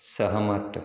सहमत